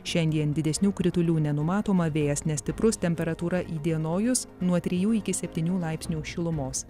šiandien didesnių kritulių nenumatoma vėjas nestiprus temperatūra įdienojus nuo trijų iki septynių laipsnių šilumos